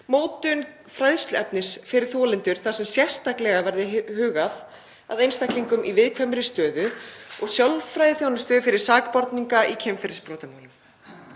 mótun fræðsluefnis fyrir þolendur þar sem sérstaklega verði hugað að einstaklingum í viðkvæmri stöðu og sálfræðiþjónustu fyrir sakborninga í kynferðisbrotamálum.